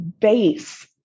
base